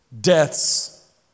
deaths